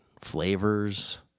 flavors